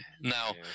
Now